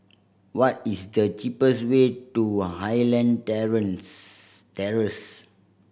what is the cheapest way to Highland Terrace